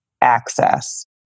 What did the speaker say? access